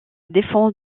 défense